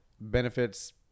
benefits